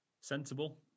Sensible